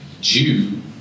Jew